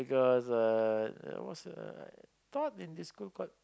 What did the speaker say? it was a what's the I taught in this school called